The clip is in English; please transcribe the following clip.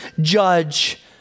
judge